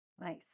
Nice